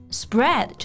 spread